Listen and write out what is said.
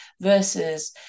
versus